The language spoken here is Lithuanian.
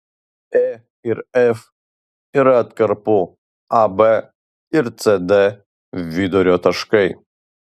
e ir f yra atkarpų ab ir cd vidurio taškai